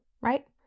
right